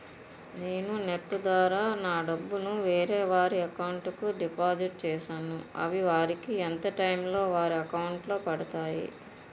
నేను నెఫ్ట్ ద్వారా నా డబ్బు ను వేరే వారి అకౌంట్ కు డిపాజిట్ చేశాను అవి వారికి ఎంత టైం లొ వారి అకౌంట్ లొ పడతాయి?